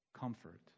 Comfort